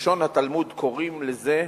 בלשון התלמוד קוראים לזה: